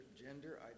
gender